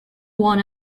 won